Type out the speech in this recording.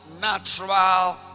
natural